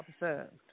observed